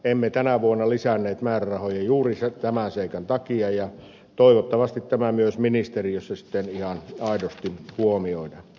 emme tänä vuonna lisänneet määrärahoja juuri tämän seikan takia ja toivottavasti tämä myös ministeriössä sitten ihan aidosti huomioidaan